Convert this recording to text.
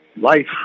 life